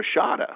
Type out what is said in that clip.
Rashada